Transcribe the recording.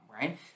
right